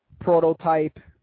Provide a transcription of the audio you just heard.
prototype